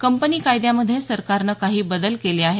company कायद्यामध्ये सरकारनं काही बदल केले आहेत